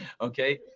Okay